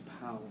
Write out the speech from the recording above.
power